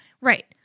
Right